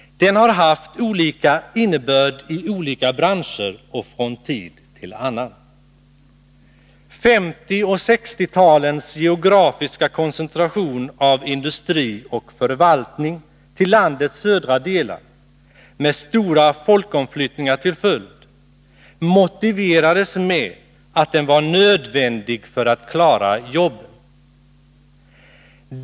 Denna har haft olika innebörd i olika branscher och från tid till annan. 1950 och 1960-talens geografiska koncentration av industri och förvaltning till landets södra delar, med stora folkomflyttningar som följd, motiverades med att den var nödvändig för att klara jobben.